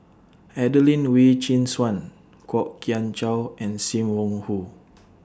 Adelene Wee Chin Suan Kwok Kian Chow and SIM Wong Hoo